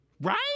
Right